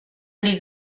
ari